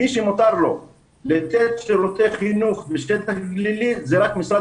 מי שמותר לו לתת שירותי חינוך בשטח גלילי זה רק משרד